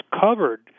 covered